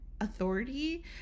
authority